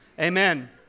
Amen